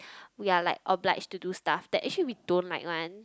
we're like obliged to do stuff that actually we don't like one